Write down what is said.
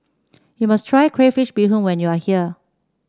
you must try Crayfish Beehoon when you are here